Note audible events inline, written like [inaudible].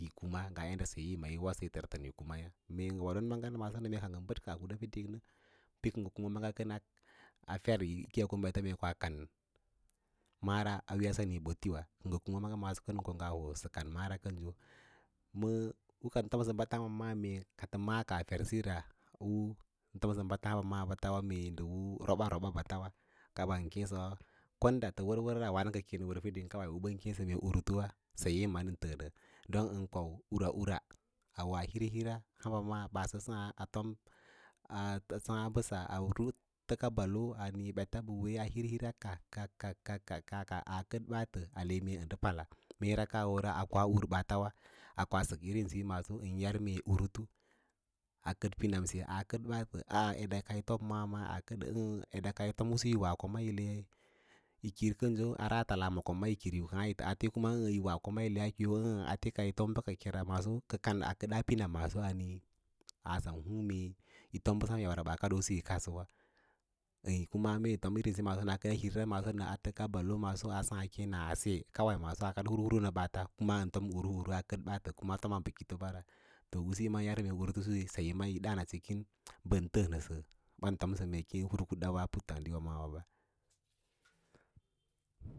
Ki yi kuma nga yadda saye nyi wodaa yi tər tatən yi kuma ayâ, mee ngə wodon maaga maaso nə mee ka ngən bəd kaah kuda fiding nə pə kə ngə kuma maga kən fer kiyaa ko ma ɓete mee koa kan mara a saniwa, kə kuma maaga maaso kən ko nga hoo bə kan mara kənso məə bə kam tomsə tangba ma’ān kaa fer siyona ra ka tən fom mee u roba roba batawa kaɓan keẽsə wa kon da tə wər wəra nə keẽ nə wər fiding kawai u bən kêêdə urutu wa saye īri ma ən təə nə don ən kwau ura ura awoa hir hira ɓal sə saã, adaã mbəsa a təka balo ɓets ɓə wee a hir kaa kaa kaa kaa ɓaatə ake mee ndə pala meera kau wowa a koa un baatawa koa bək irinsiyi maaso ən yar mee urutu a kəd pin amse as kəd baatə a ke meda ka yi fom maa maa aakədə eda ka usu yì ura koma yile yi kii kənso ara tala yaa ma koma yi kirim ate yimda koma yile kííyo ə̌ə̌ kate ka yi fom bəkakere maaso aa kədaa pins maaso a niĩ ah sən huǐǐ mee yi fom bəsa sem yab a kadoo yi kadsəwa mee fom bəsara maaso nə, aa təka balo aa saã keẽra a se kawai maaso a kad hur hir ma ɓaats kuma-an tom ru uru a kəd ɓaatə toma bə kita bara to usíyo ən yar me urutu kən saye ma yi daân a cikin bən təəsəsə u trum kadawa u ɓan tomsəa aputtǎǎdiwa maawaɓa. [noise]